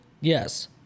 Yes